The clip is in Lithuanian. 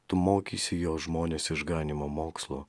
tu mokysi jo žmones išganymo mokslo